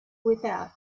without